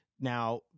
Now